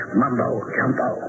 mumbo-jumbo